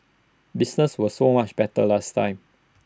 business was so much better last time